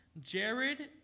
Jared